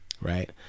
right